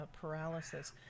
paralysis